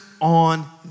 on